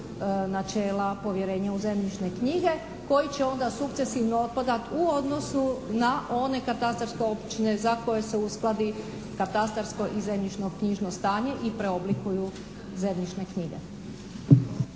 načela povjerenja u zemljišne knjige koji će onda sukcesivno otpadat u odnosu na one katastarske općine za koje se uskladi katastarsko i zemljišno-knjižno stanje i preoblikuju zemljišne knjige.